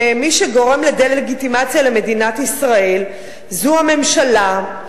שמי שגורם לדה-לגיטימציה למדינת ישראל זו הממשלה,